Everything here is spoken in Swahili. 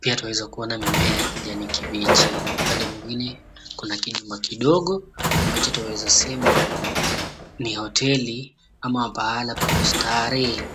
pia twaweza kuona mimea ya kijani kibichi upande mwengine kuna kijumba kidogo ambacho twaweza sema ni hoteli ama pahala pa kustaarehe.